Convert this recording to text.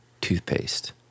toothpaste